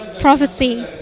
prophecy